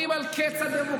על מה אתם מדברים בכלל?